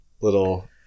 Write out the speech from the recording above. little